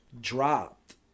dropped